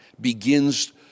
begins